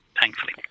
thankfully